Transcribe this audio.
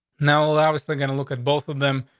now we'll obviously gonna look at both of them.